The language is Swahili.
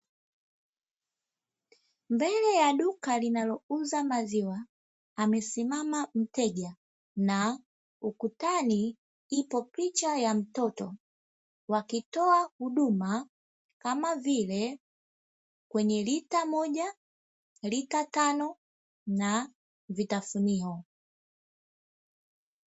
Mbele ya duka linalouza maziwa, amesimama mteja na ukutani ipo picha ya mtoto, wakitoa huduma kama vile kwenye lita moja, lita tano na vitafunio.